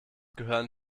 gehören